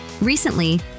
recently